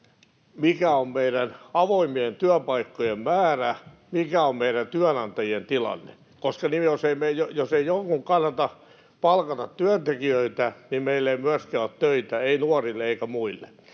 mikä on meidän avoimien työpaikkojen määrä, mikä on meidän työnantajien tilanne. Koska jos jonkun ei kannata palkata työntekijöitä, niin meillä ei myöskään ole töitä, ei nuorille eikä muille.